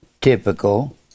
typical